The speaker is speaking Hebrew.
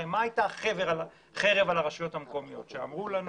הרי החרב על צוואר הרשויות המקומיות הייתה שאמרו לנו